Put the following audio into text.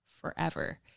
forever